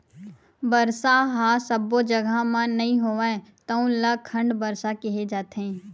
बरसा ह सब्बो जघा म नइ होवय तउन ल खंड बरसा केहे जाथे